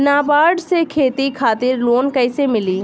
नाबार्ड से खेती खातिर लोन कइसे मिली?